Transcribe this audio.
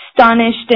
astonished